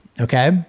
okay